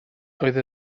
doedd